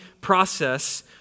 process